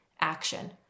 action